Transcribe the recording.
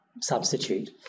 substitute